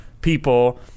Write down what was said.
people